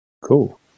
Cool